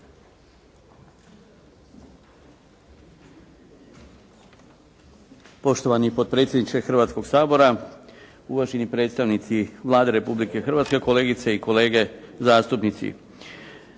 Poštovani potpredsjedniče Hrvatskog sabora, uvaženi predstavnici Vlade Republike Hrvatske, kolegice i kolege zastupnici.